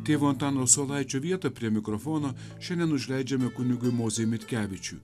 tėvo antano saulaičio vietą prie mikrofono šiandien užleidžiame kunigui mozei mitkevičiui